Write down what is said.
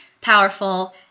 powerful